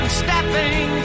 stepping